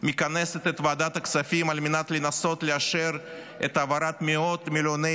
מכנסת את ועדת הכספים על מנת לנסות לאשר את העברת מאות מיליוני